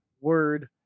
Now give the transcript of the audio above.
word